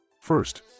first